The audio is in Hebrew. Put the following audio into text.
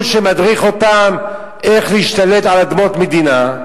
הוא שמדריך אותם איך להשתלט על אדמות מדינה.